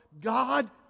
God